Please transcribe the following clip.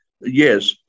yes